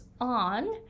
on